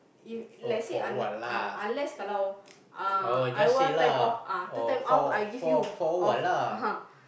you let say un~ un~ unless kalau uh I want turn off ah itu time off I give you off ah